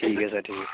ठीक ऐ सर ठीक